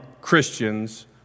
Christians